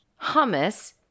hummus